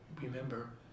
remember